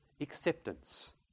acceptance